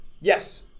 Yes